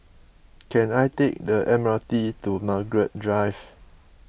can I take the M R T to Margaret Drive